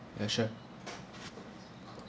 ya sure